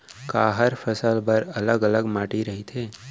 का हर फसल बर अलग अलग माटी रहिथे?